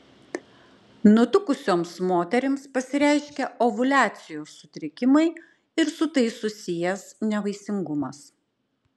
nutukusioms moterims pasireiškia ovuliacijos sutrikimai ir su tai susijęs nevaisingumas